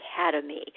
academy